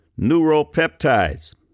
neuropeptides